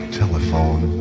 telephone